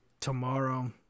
Tomorrow